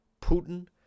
putin